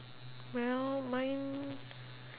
well mine